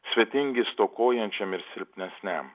svetingi stokojančiam ir silpnesniam